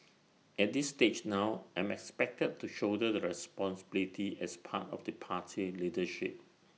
at this stage now I'm expected to shoulder the responsibility as part of the party leadership